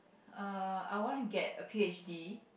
err I want to get a p_h_d